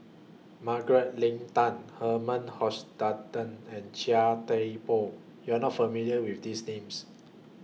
Margaret Leng Tan Herman Hochstadt and Chia Thye Poh YOU Are not familiar with These Names